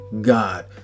God